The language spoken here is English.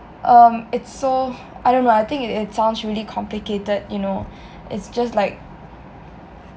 um it's so I don't know I think it it sounds really complicated you know it's just like